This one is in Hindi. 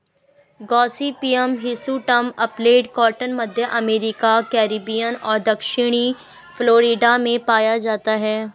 गॉसिपियम हिर्सुटम अपलैंड कॉटन, मध्य अमेरिका, कैरिबियन और दक्षिणी फ्लोरिडा में पाया जाता है